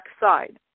backside